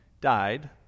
died